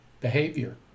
behavior